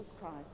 Christ